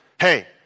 hey